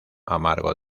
amargo